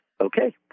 okay